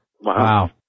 Wow